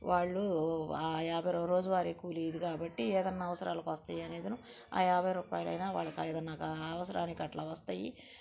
వాళ్ళు యాభై రు రోజువారి కూలి ఇది కాబట్టి ఏదయినా అవసరాలకొస్తాయనిదిను యాభై రూపాయలయిన వాళ్ళకి అవసరానికి అట్లా వస్తాయి